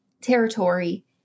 territory